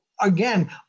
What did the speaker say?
again